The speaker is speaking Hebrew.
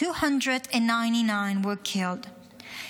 299 were killed,